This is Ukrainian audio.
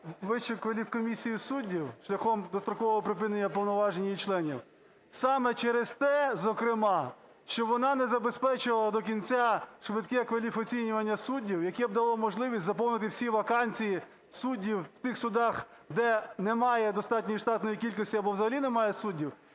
Вищу кваліфкомісію суддів шляхом дострокового припинення повноважень її членів саме через те, зокрема, що вона не забезпечувала до кінця швидке кваліфоцінювання суддів, яке б дало можливість заповнити всі вакансії суддів у тих судах, де немає достатньої штатної кількості або взагалі немає суддів,